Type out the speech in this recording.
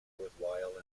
worthwhile